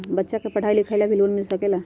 बच्चा के पढ़ाई लिखाई ला भी लोन मिल सकेला?